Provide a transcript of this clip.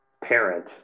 parent